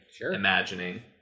imagining